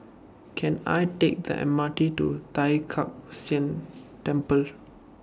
Can I Take The M R T to Tai Kak Seah Temple